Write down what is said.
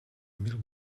mil